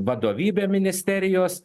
vadovybė ministerijos